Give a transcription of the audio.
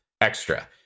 extra